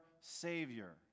Savior